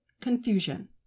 confusion